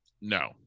No